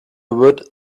would